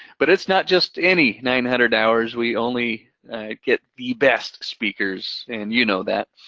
but it's not just any nine hundred hours. we only get the best speakers, and you know that.